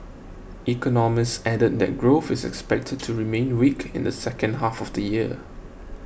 economists added that growth is expected to remain weak in the second half of the year